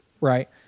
Right